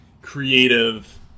creative